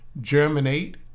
germinate